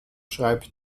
schreibt